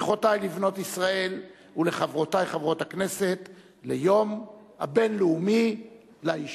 ברכותי לבנות ישראל ולחברותי חברות הכנסת ליום הבין-לאומי לאשה.